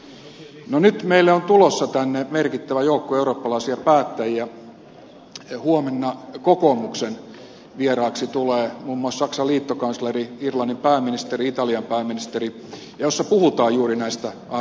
no nyt meille on tulossa tänne merkittävä joukko eurooppalaisia päättäjiä huomenna kokoomuksen vieraaksi tulevat muun muassa saksan liittokansleri irlannin pääministeri italian pääministeri jolloin puhutaan juuri näistä asioista